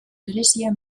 berezia